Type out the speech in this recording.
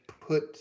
put